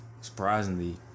Surprisingly